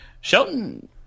Shelton